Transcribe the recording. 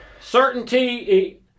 Certainty